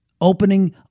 opening